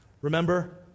Remember